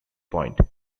point